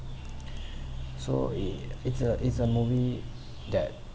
so a it it's a it's a movie that